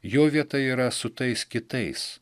jo vieta yra su tais kitais